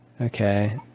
Okay